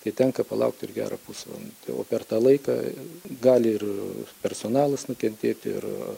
tai tenka palaukti ir gerą pusvalandį o per tą laiką gali ir personalas nukentėti ir